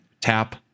tap